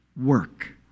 work